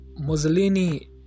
Mussolini